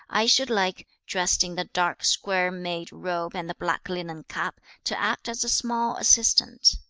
i should like, dressed in the dark square-made robe and the black linen cap, to act as a small assistant